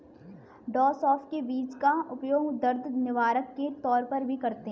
डॉ सौफ के बीज का उपयोग दर्द निवारक के तौर पर भी करते हैं